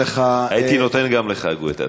הייתי נותן גם לך, גואטה.